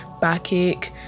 backache